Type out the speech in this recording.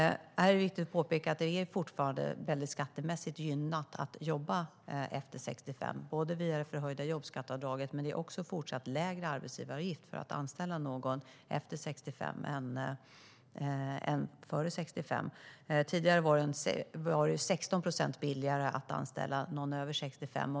Här är det viktigt att påpeka att det fortfarande är väldigt skattemässigt gynnat att jobba efter 65 via det förhöjda jobbskatteavdraget, men det är också fortsatt lägre arbetsgivaravgift för att anställa någon som är äldre 65 än någon som är yngre än 65. Tidigare var det 16 procent billigare att anställa någon över 65.